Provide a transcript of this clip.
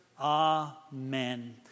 Amen